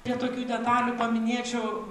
prie tokių detalių paminėčiau